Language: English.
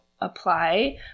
apply